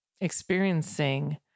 experiencing